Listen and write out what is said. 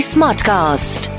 Smartcast